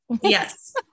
Yes